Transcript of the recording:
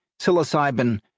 psilocybin